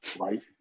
right